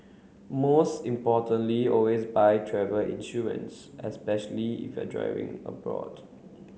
most importantly always buy travel insurance especially if you're driving abroad